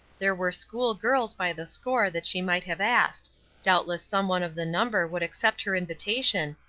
there were school-girls by the score that she might have asked doubtless some one of the number would accept her invitation,